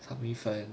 炒米粉